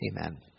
Amen